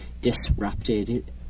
disrupted